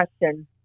question